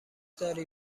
داری